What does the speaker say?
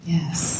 Yes